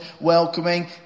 welcoming